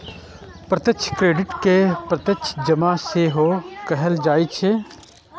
प्रत्यक्ष क्रेडिट कें प्रत्यक्ष जमा सेहो कहल जाइ छै